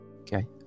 Okay